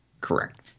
Correct